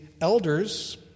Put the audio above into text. elders